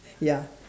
ya